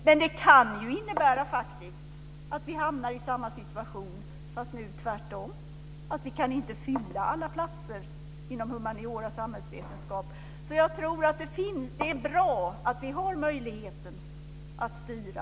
Men det kan faktiskt innebära att vi hamnar i samma situation, fast tvärtom, dvs. att vi inte kan fylla alla platser inom humaniora och samhällsvetenskap. Jag tror i alla fall att det är bra att vi har möjligheten att styra.